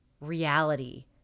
reality